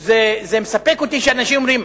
זה מספק אותי שאנשים אומרים,